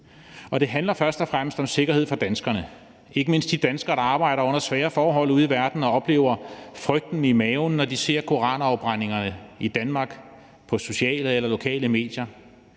Det handler først og fremmest om sikkerhed for danskerne, ikke mindst de danskere, der arbejder under svære forhold ude i verden, og som oplever frygten i maven, når de ser koranafbrændingerne i Danmark på sociale eller lokale medier.